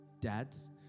Dads